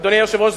אדוני היושב-ראש,